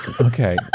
Okay